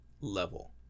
level